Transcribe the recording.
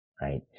Right